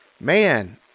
Man